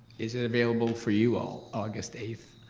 is it available for you all august eight?